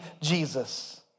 Jesus